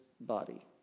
body